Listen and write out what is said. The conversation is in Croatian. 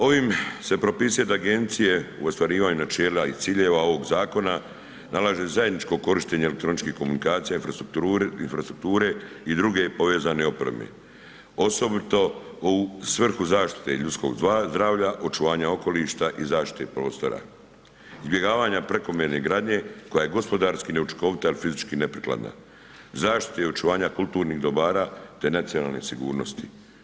Ovim se propisuje da agencije u ostvarivanju načela i ciljeva ovog zakona nalažu zajedničko korištenje elektroničkih komunikacija, infrastrukture i druge povezane opreme, osobito u svrhu zaštite ljudskog zdravlja, očuvanja okoliša i zaštite prostora, izbjegavanja prekomjerne gradnje koja je gospodarski neučinkovita ili fizički neprikladna, zaštite i očuvanja kulturnih dobara te nacionalne sigurnosti.